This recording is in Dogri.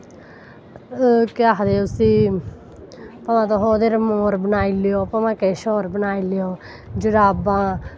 केह् आखदे उसी भामें ओह्दे पर तुस मोर बनाई लैऔ भामें किश होर बनाई लैओ जराबां